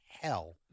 hell